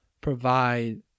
provide